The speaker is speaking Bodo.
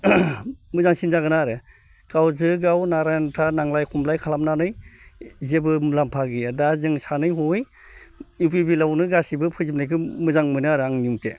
मोजांसिन जागोन आरो गावजों गाव नारा नाथा नांलाय खमलाय खालामनानै जेबो मुलाम्फा गैया दा जों सानै हयै इउ पि पि एल आवनो गासैबो फैजोबनायखौ मोजां मोनो आरो आंनि मथे